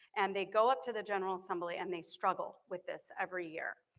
and they go up to the general assembly and they struggle with this every year.